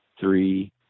three